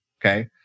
okay